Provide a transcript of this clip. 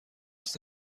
است